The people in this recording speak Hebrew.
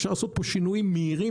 אפשר לעשות פה שינויים מהירים,